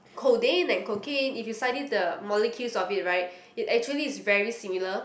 codeine and cocaine if you study the molecules of it right it actually is very similar